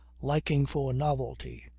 liking for novelty,